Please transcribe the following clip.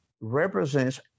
represents